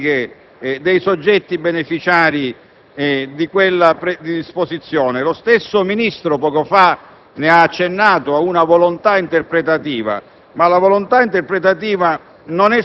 le caratteristiche dei soggetti beneficiari di tale disposizione. Lo stesso Ministro, poco fa, ha accennato a una volontà interpretativa.